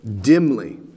dimly